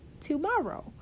tomorrow